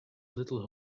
little